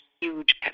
huge